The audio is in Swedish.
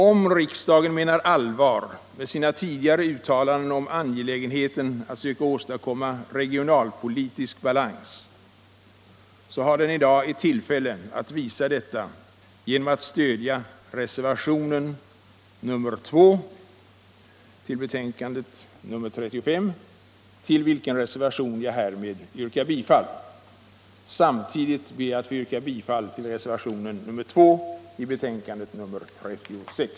Om riksdagen menar allvar med sina tidigare uttalanden om angelägenheten av att söka åstadkomma regional balans, har den i dag ett tillfälle att bevisa detta genom att stödja reservationen nr 2 vid betänkandet nr 35, till vilken reservation jag härmed yrkar bifall. Samtidigt ber jag att få yrka bifall till reservationen nr 2 vid betänkandet nr 36.